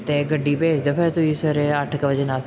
ਅਤੇ ਗੱਡੀ ਭੇਜ ਦਿਓ ਫਿਰ ਤੁਸੀਂ ਸਵੇਰੇ ਅੱਠ ਕੁ ਵਜੇ ਨਾਲ